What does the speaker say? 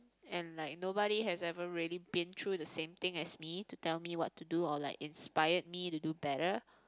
and like nobody has ever really been through the same thing as me to tell me what to do or like inspired me to do better